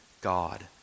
God